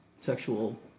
sexual